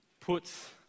puts